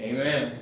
Amen